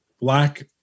Black